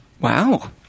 Wow